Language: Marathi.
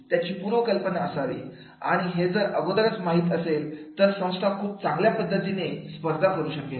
त्याची पूर्वकल्पना असावी आणि हे जर अगोदरच माहित असेल तर संस्था खूप चांगल्या पद्धतीने स्पर्धा करू शकेल